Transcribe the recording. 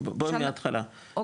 בואי מהתחלה,